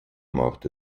morte